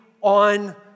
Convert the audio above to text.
on